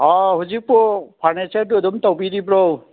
ꯑꯥ ꯍꯧꯖꯤꯛꯄꯨ ꯐꯔꯅꯤꯆꯔꯗꯨ ꯑꯗꯨꯝ ꯇꯧꯕꯤꯔꯤꯕ꯭ꯔꯣ